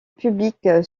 public